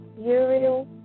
Uriel